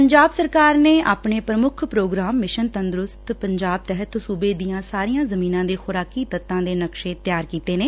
ਪੰਜਾਬ ਸਰਕਾਰ ਨੇ ਆਪਣੇ ਪ੍ਰਮੁੱਖ ਪ੍ਰੋਗਰਾਮ ਮਿਸ਼ਨ ਤੰਦਰੁਸਤ ਪੰਜਾਬ ਤਹਿਤ ਸੁਬੇ ਦੀਆਂ ਸਾਰੀਆਂ ਜਮੀਨਾਂ ਦੇ ਖੁਰਾਕੀ ਤੱਤਾਂ ਦੇ ਨਕਸ਼ੇ ਤਿਆਰ ਕੀਤੇ ਨੇ